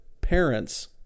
parents